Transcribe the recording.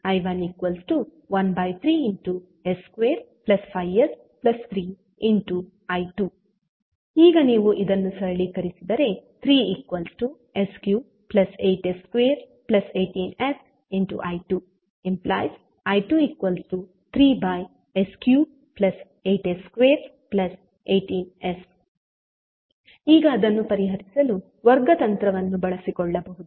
I113 s25s3 I2 ಈಗ ನೀವು ಇದನ್ನು ಸರಳೀಕರಿಸಿದರೆ 3s38s218s I2I23s38s218s ಈಗ ಅದನ್ನು ಪರಿಹರಿಸಲು ವರ್ಗ ತಂತ್ರವನ್ನು ಬಳಸಿಕೊಳ್ಳಬಹುದು